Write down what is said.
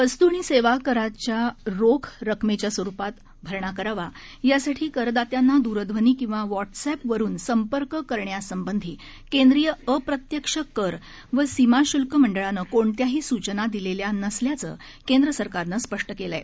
वस्तू आणि सेवाकरचा रोख रकमेच्या स्वरुपात भरणा करावा यासाठी करदात्यांना दूरध्वनी किंवा व्हॉट्सअॅप वरून संपर्क करण्यासंबंधी केंद्रीय अप्रत्यक्ष कर व सीमाशुल्क मंडळाने कोणत्याही सूचना दिलेल्या नसल्याचं केंद्र सरकारनं स्पष्ट केलं आहे